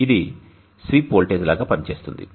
ఇది sweep voltage లాగా పనిచేస్తుంది